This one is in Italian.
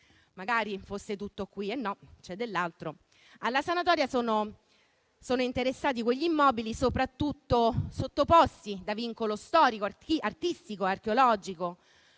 Magari fosse tutto qui e no, c'è dell'altro. Alla sanatoria sono interessati gli immobili sottoposti a vincolo storico, artistico e archeologico.